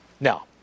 Now